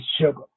sugar